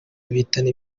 bitana